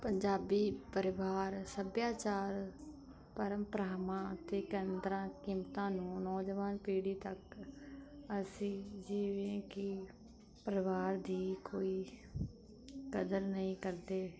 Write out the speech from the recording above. ਪੰਜਾਬੀ ਪਰਿਵਾਰ ਸੱਭਿਆਚਾਰ ਪਰੰਪਰਾਵਾਂ ਅਤੇ ਕਦਰਾਂ ਕੀਮਤਾਂ ਨੂੰ ਨੌਜਵਾਨ ਪੀੜ੍ਹੀ ਤੱਕ ਅਸੀਂ ਜਿਵੇਂ ਕਿ ਪਰਿਵਾਰ ਦੀ ਕੋਈ ਕਦਰ ਨਹੀਂ ਕਰਦੇ